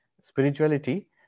Spirituality